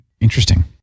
Interesting